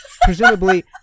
Presumably